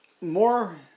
more